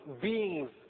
beings